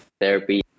therapy